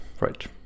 right